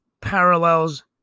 parallels